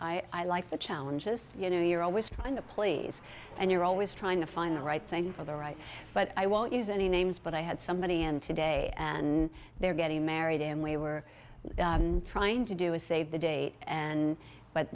people i like the challenges you know you're always trying to please and you're always trying to find the right thing for the right but i won't use any names but i had somebody and today and they're getting married and we were trying to do is save the date and but